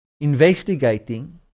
investigating